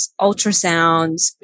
ultrasounds